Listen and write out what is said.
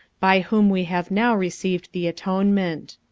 by whom we have now received the atonement.